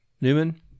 Newman